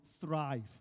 thrive